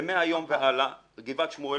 ומהיום והלאה גבעת שמואל,